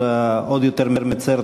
אלא יותר מצער,